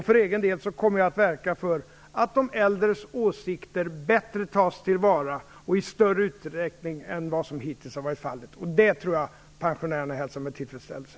För egen del kommer jag att verka för att de äldres åsikter bättre och i större utsträckning än hittills tas till vara. Det tror jag att pensionärerna hälsar med tillfredsställelse.